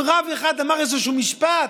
אם רב אחד אמר איזשהו משפט,